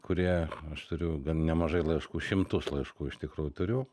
kurie aš turiu gan nemažai laiškų šimtus laiškų iš tikrųjų turiu